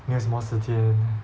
没有什么时间